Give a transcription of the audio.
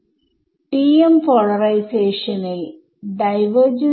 ഏതൊക്കെയാണ് അവ ക്യാൻസൽ ആവുന്നുണ്ടോ